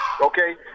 Okay